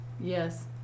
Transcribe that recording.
Yes